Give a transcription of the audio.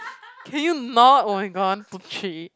can you not oh my god one two three